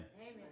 Amen